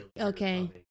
okay